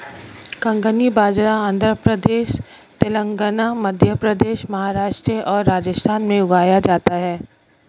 कंगनी बाजरा आंध्र प्रदेश, तेलंगाना, मध्य प्रदेश, महाराष्ट्र और राजस्थान में उगाया जाता है